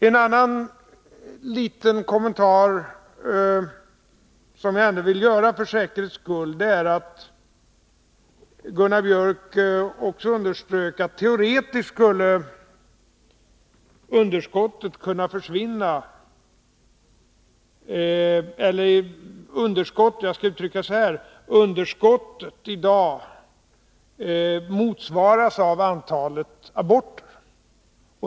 En annan liten kommentar skulle jag ändå vilja göra för säkerhets skull. Gunnar Biörck underströk också att underskottet i dag motsvaras av antalet aborter.